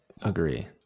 agree